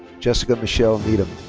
jessica michelle needham.